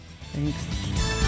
Thanks